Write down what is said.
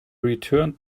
returned